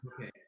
Okay